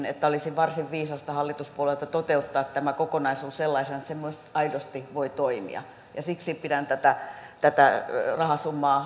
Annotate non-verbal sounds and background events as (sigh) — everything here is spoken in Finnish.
(unintelligible) että olisi varsin viisasta hallituspuolueilta toteuttaa tämä kokonaisuus sellaisena että se aidosti voi toimia siksi pidän harmillisen pienenä tätä rahasummaa (unintelligible)